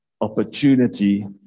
opportunity